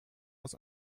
aus